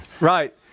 Right